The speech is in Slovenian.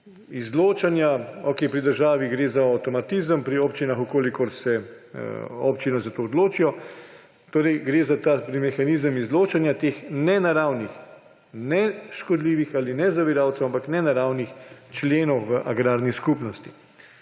izločanja. Okej, pri državi gre za avtomatizem, pri občinah, če se občine za to odločijo, gre za mehanizem izločanja teh nenaravnih, ne škodljivih in ne zaviralcev, ampak nenaravnih členov v agrarni skupnosti.